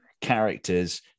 Characters